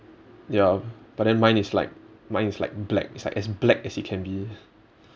ya but then mine is like mine is like black is like as black as it can be